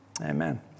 Amen